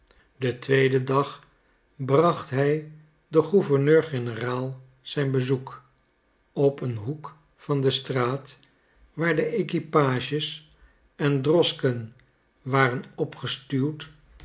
den tweeden dag bracht hij den gouverneur-generaal zijn bezoek op een hoek van de straat waar de equipages en droschken waren opgestuwd